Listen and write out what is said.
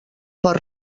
per